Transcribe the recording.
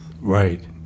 Right